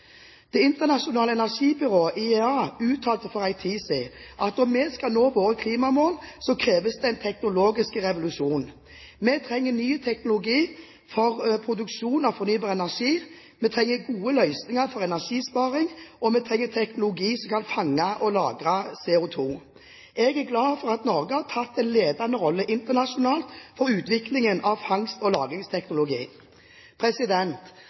Det internasjonale energibyrået, IEA, uttalte for en tid siden at om vi skal nå våre klimamål, så kreves det en teknologisk revolusjon. Vi trenger ny teknologi for produksjon av fornybar energi, vi trenger gode løsninger for energisparing, og vi trenger teknologi som kan fange og lagre CO2. Jeg er glad for at Norge har tatt en ledende rolle internasjonalt for utviklingen av fangst- og